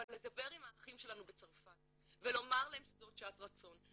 אבל לדבר עם האחים שלנו בצרפת ולומר להם שזו שעת רצון.